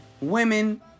women